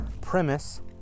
premise